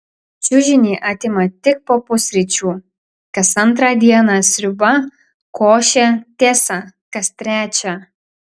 čiužinį atima tik po pusryčių kas antrą dieną sriuba košė tiesa kas trečią